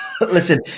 Listen